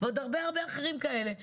ועוד הרבה אחרים כאלה שעזבו,